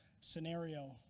scenario